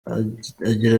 agira